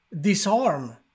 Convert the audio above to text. disarm